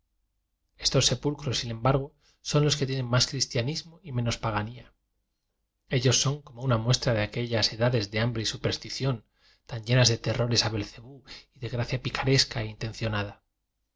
estos sepulcros sin embargo son los que tienen más cristianismo y menos paga nía ellos son como una muestra de aque lias edades de hambre y superstición tan llenas de terrores a belcebú y de gracia pi